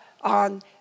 on